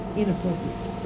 inappropriate